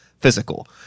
physical